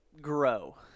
grow